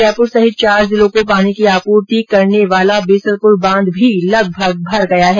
जयपुर सहित चार जिलों को पानी की आपूर्ति करने वाला बीसलप्र बांध भी लगभग भर गया है